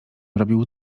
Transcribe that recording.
robił